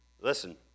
Listen